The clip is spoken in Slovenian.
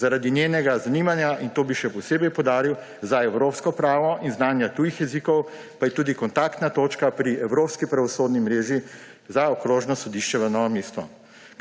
Zaradi njenega zanimanja, in to bi še posebej poudaril, za evropsko pravo in znanja tujih jezikov pa je tudi kontaktna točka pri Evropski pravosodni mreži za Okrožno sodišče v Novem mestu.